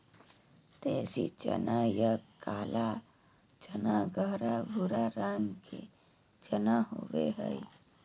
देसी चना या काला चना गहरा भूरा रंग के चना होबो हइ